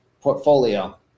portfolio